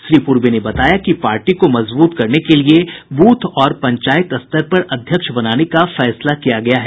श्री पूर्वे ने बताया कि पार्टी को मजबूत करने के लिये बूथ और पंचायत स्तर पर अध्यक्ष बनाने का फैसला किया गया है